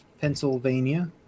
Pennsylvania